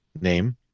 name